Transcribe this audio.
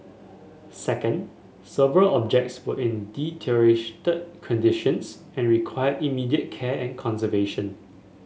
second several objects were in deteriorated conditions and required immediate care and conservation